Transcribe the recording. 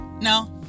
no